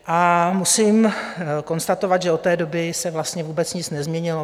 A musím konstatovat, že od té doby se vlastně vůbec nic nezměnilo.